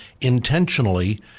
intentionally